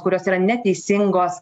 kurios yra neteisingos